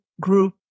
group